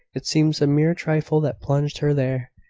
it seems a mere trifle that plunged her there.